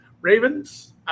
Ravens